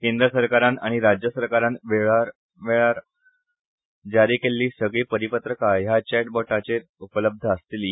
केंद्र सरकारान आनी राज्य सरकारान वेळावेळार जारी केछ्ठी सगळी परीपत्रका ह्या चॅटबोटाचेर उपलब्ध आसतली